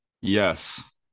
Yes